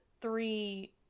three